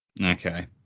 Okay